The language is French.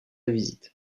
visite